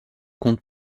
compte